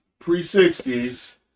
pre-sixties